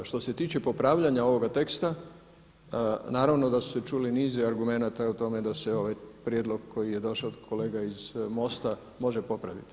Što se tiče popravljanja ovoga teksta naravno da su se čuli niz argumenata o tome da se ovaj prijedlog koji je došao od kolega iz Mosta može popraviti.